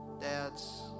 dads